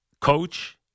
coach